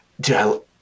dude